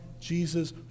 Jesus